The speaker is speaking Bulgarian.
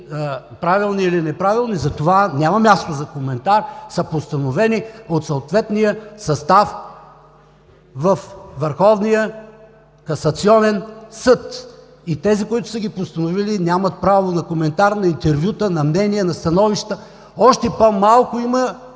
правилни или неправилни, затова няма място за коментар, са постановени от съответния състав във Върховния касационен съд и тези, които са ги постановили, нямат право на коментар, на интервюта, на мнения, на становища. А още по-малко има